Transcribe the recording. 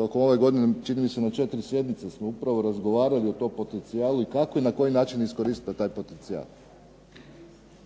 tokom ove godine čini mi se na četiri sjednice smo razgovarali o tom potencijalu i kako na koji način iskoristiti taj potencijal.